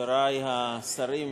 חברי השרים,